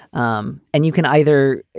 um and you can either.